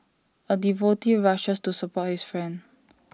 A devotee rushes to support his friend